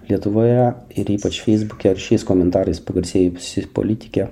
lietuvoje ir ypač feisbuke aršiais komentarais pagarsėjusi politikė